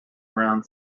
around